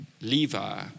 Levi